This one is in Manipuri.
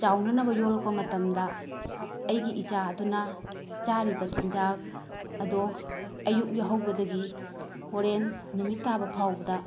ꯆꯥꯎꯅꯅꯕ ꯌꯣꯛꯂꯛꯄ ꯃꯇꯝꯗ ꯑꯩꯒꯤ ꯏꯆꯥ ꯑꯗꯨꯅ ꯆꯥꯔꯤꯕ ꯆꯤꯟꯖꯥꯛ ꯑꯗꯣ ꯑꯌꯨꯛ ꯌꯥꯍꯧꯕꯗꯒꯤ ꯒꯣꯔꯦꯟ ꯅꯨꯃꯤꯠ ꯇꯥꯕ ꯐꯥꯎꯕꯗ